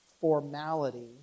formality